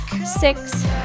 six